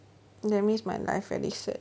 that means my life very sad